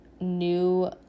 new